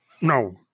no